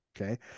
Okay